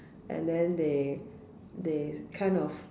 and then they they kind of